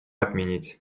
отменить